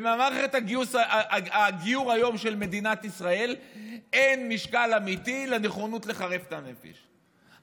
במערכת הגיור של מדינת ישראל היום אין משקל אמיתי לנכונות לחרף את הנפש,